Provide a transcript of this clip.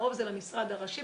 הרוב זה למשרד הראשי,